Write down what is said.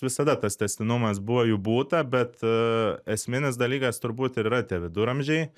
visada tas tęstinumas buvo jų būta bet esminis dalykas turbūt ir yra tie viduramžiai